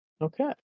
Okay